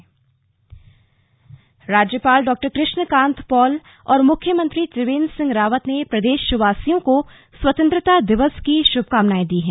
संदेश राज्यपाल राज्यपाल डॉ कृष्ण कांत पाल और मुख्यमंत्री त्रिवेन्द्र सिंह रावत ने सभी प्रदेशवासियों को स्वतंत्रता दिवस की शुभकामनाएं दी हैं